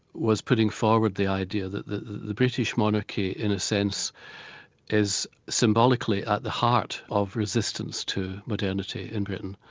was putting forward the idea that the the british monarchy in a sense is symbolically at the heart of resistance to modernity in britain.